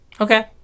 Okay